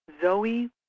Zoe